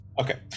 Okay